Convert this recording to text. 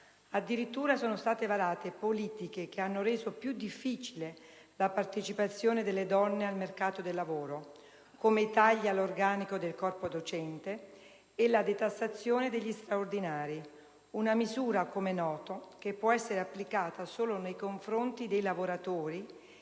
Addirittura, sono state varate politiche che hanno reso più difficile la partecipazione delle donne al mercato del lavoro, come i tagli all'organico del corpo docente e la detassazione degli straordinari; una misura - come è noto - che può essere applicata solo nei confronti dei lavoratori